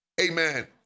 Amen